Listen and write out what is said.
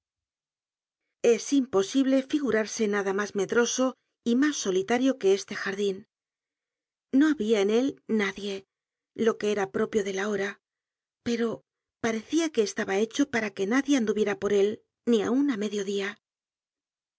es imposible figurarse nada mas medroso y mas solitario que este jardin no habia en él nadie lo que era propio de la hora pero parecía que estaba hecho para que nadie anduviera por él ni aun á mediodia